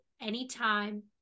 anytime